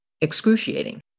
excruciating